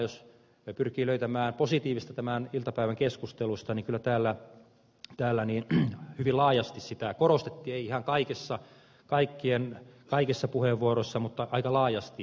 jos pyrkii löytämään positiivista tämän iltapäivän keskusteluista niin kyllä täällä hyvin laajasti sitä korostettiin ei ihan kaikissa puheenvuoroissa mutta aika laajasti